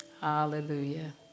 Hallelujah